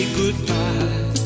goodbye